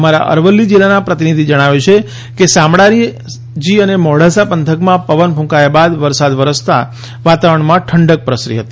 અમારા અરવલ્લી જિલ્લાના પ્રતિનિધિ જણાવે છે કે શામળાજી અને મોડાસા પંથકમાં પવન ક્રંકાયા બાદ વરસાદ વરસતા વાતાવરણમાં ઠંડક પ્રસરી હતી